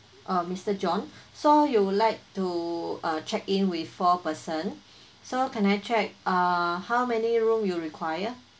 orh mister john so you would like to uh check in with four person so can I check uh how many room you require